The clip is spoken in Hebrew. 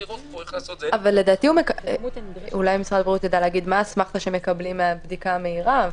אולי משרד הבריאות יידע לומר מה האסמכתא שמקבלים מהבדיקה המהירה.